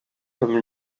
comme